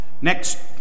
Next